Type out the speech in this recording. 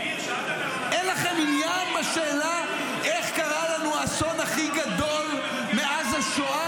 אין לכם עניין בשאלה איך קרה לנו האסון הכי גדול מאז השואה?